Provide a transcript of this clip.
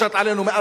מושת עלינו,